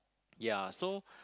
ya so